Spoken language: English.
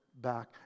back